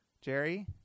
Jerry